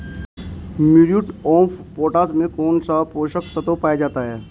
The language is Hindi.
म्यूरेट ऑफ पोटाश में कौन सा पोषक तत्व पाया जाता है?